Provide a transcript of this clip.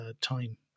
time